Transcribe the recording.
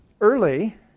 early